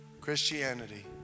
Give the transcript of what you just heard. Christianity